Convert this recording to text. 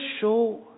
show